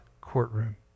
courtroom